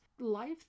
Life